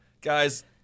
Guys